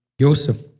Joseph